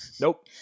Nope